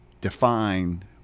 define